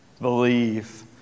believe